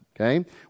Okay